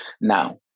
Now